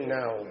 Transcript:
now